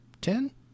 Ten